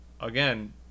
again